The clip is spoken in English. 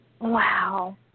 Wow